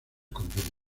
convento